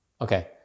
okay